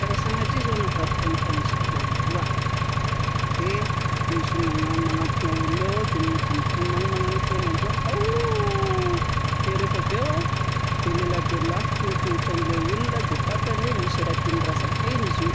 Raha sanatria zaho navadiky ny mpamosavy amboa dia misy magnatona olona eo aho. Dia mody mitomany magnano feon'amboa aouh. Dia refaveo dia leladelafiko ny tongotra an'ilay olona. Dia fantany hoe misy raha tiany raha zakaina izy io.